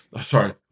Sorry